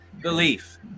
belief